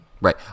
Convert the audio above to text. Right